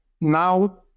now